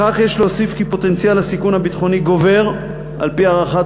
לכך יש להוסיף כי פוטנציאל הסיכון הביטחוני גובר על-פי הערכת